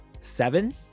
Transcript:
seven